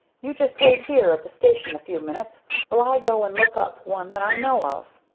you just wait here at the station a few minutes while i go and look up one that i know of.